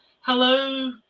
Hello